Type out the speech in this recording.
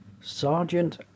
Sergeant